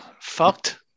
Fucked